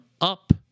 up